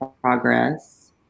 progress